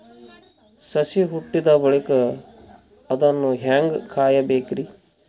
ಸಸಿ ಹುಟ್ಟಿದ ಬಳಿಕ ಅದನ್ನು ಹೇಂಗ ಕಾಯಬೇಕಿರಿ?